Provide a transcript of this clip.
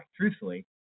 truthfully